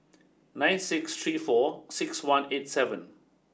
nine six three four six one eight seven